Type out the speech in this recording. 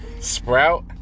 Sprout